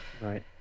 Right